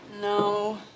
No